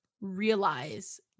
realize